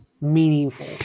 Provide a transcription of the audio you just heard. meaningful